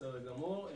בסדר גמור.